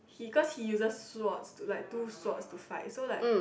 he cause he uses swords to like two swords to fight so like